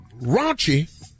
raunchy